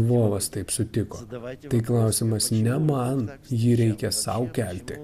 lvovas taip sutiko tai klausimas ne man jį reikia sau kelti